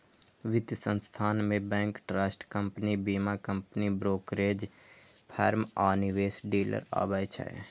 वित्त संस्थान मे बैंक, ट्रस्ट कंपनी, बीमा कंपनी, ब्रोकरेज फर्म आ निवेश डीलर आबै छै